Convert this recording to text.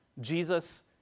Jesus